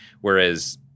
Whereas